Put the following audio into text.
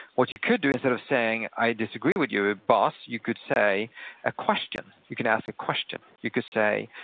what you could do, instead of saying, i disagree with you, ah boss, you could say a question, you could ask a question. you could say,